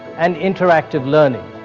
and interactive learning.